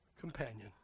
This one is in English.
companion